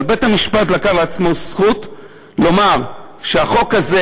אבל בית-המשפט לקח לעצמו זכות לומר שהחוק הזה,